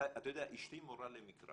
אתה יודע, אשתי מורה למקרא